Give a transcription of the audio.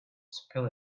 spill